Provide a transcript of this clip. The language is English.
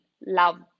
love